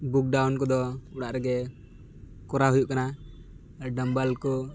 book ᱰᱟᱣᱩᱱ ᱠᱚᱫᱚ ᱚᱲᱟᱜ ᱨᱮᱜᱮ ᱠᱚᱨᱟᱣ ᱦᱩᱭᱩᱜ ᱠᱟᱱᱟ ᱰᱟᱢᱵᱚᱞ ᱠᱚ